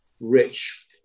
rich